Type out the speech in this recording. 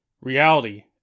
reality